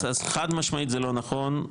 אז חד משמעית זה לא נכון.